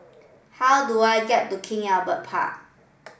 how do I get to King Albert Park